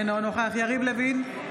אינו נוכח יריב לוין,